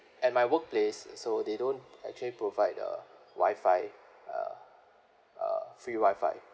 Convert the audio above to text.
at my workplace so they don't actually provide the wi-fi uh uh free wi-fi